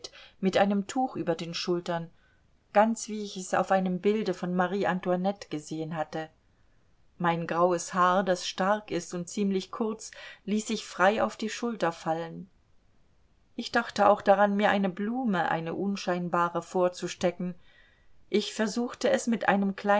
mit einem tuch über den schultern ganz wie ich es auf einem bilde von marie antoinette gesehen hatte mein graues haar das stark ist und ziemlich kurz ließ ich frei auf die schulter fallen ich dachte auch daran mir eine blume eine unscheinbare vorzustecken ich versuchte es mit einem